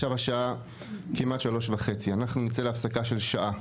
עכשיו השעה כמעט 15:30, אנחנו נצא להפסקה של שעה,